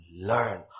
learn